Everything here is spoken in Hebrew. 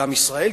גם ישראל,